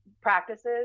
practices